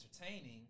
entertaining